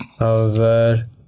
over